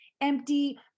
empty